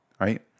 right